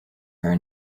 her